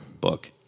book